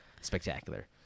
spectacular